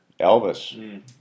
Elvis